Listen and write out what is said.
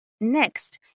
Next